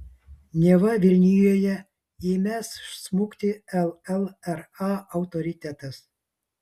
neva vilnijoje ėmęs smukti llra autoritetas